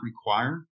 require